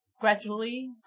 Gradually